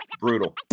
brutal